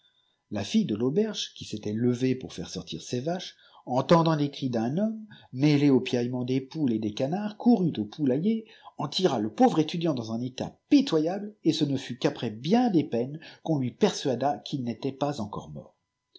la fille de l'auberge qui s'était levée pour faire sortir ses vaches entendant les cri d'un homme mêlés aux piaillements des poules et des canards courut au poulailler en tira le pauvre étudiant dans un état pitoyable et ce ne fut qu'après bien des peines qu'on lui persuada qu'il n'était pas encore mort